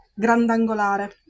grandangolare